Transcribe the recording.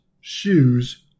shoes